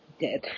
Dead